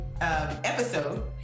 episode